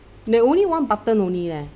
there only one button only leh